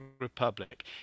Republic